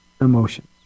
emotions